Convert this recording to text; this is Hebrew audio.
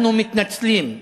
אנחנו מתנצלים,